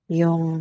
yung